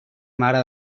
mare